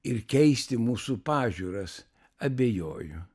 ir keisti mūsų pažiūras abejoju